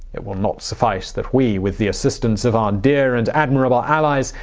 it will not suffice that we, with the assistance of our dear and admirable allies,